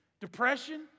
Depression